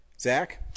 Zach